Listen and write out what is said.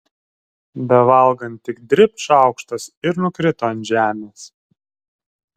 bevalgant tik dribt šaukštas ir nukrito ant žemės